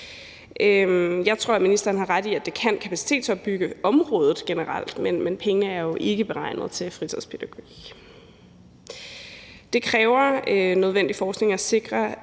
Jeg tror, at ministeren har ret i, at det kan kapacitetsopbygge området generelt, men pengene er jo ikke beregnet til fritidspædagogik. Det kræver nødvendig forskning at sikre,